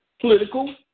political